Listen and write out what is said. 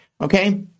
Okay